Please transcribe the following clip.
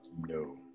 No